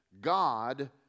God